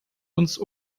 uns